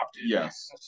Yes